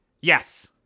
Yes